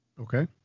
Okay